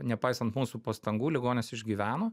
nepaisant mūsų pastangų ligonis išgyveno